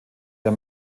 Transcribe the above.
der